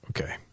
Okay